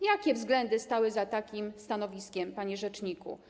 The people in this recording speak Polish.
Jakie względy stały za takim stanowiskiem, panie rzeczniku?